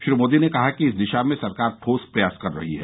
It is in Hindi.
श्री मोदी ने कहा कि इस दिशा में सरकार ठोस प्रयास कर रही है